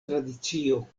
tradicio